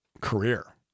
career